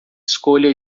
escolha